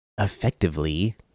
effectively